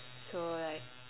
so like